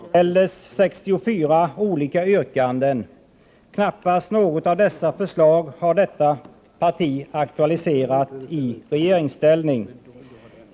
Herr talman! Det var en gång ett politiskt parti som befann sig i oppositionsställning. Detta parti kritiserade den då sittande regeringens regionalpolitik. I en partimotion med nr 1981/82:2352 framställdes 64 olika yrkanden. Knappast något av dessa förslag har detta parti aktualiserat i regeringsställning.